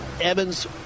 Evans